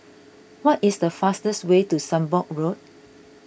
what is the fastest way to Sembong Road